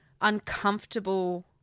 uncomfortable